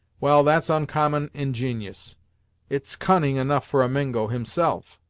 well, that's oncommon ingen'ous it's cunning enough for a mingo, himself!